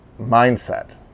mindset